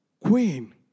Queen